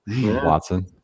Watson